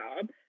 job